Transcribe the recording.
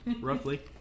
Roughly